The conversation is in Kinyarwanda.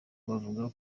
bavuga